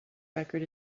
record